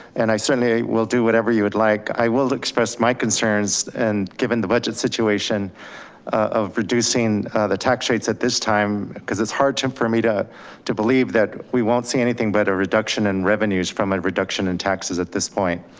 and i certainly will do whatever you would like, i will express my concerns and given the budget situation of reducing the tax rates at this time, cause it's hard time for me to to believe that we won't see anything but a reduction in revenues from a reduction in taxes at this point.